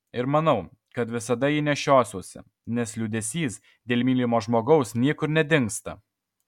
ir manau kad visada jį nešiosiuosi nes liūdesys dėl mylimo žmogaus niekur nedingsta